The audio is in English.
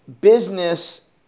business